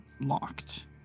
locked